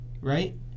Right